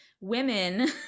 women